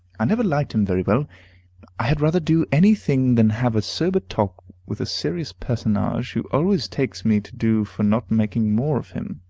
i never liked him very well i had rather do any thing than have a sober talk with a serious personage, who always takes me to do for not making more of him.